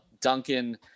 Duncan –